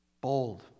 bold